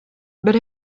but